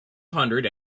hundred